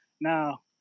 Now